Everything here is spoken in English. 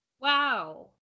Wow